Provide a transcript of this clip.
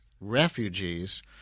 refugees